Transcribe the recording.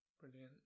Brilliant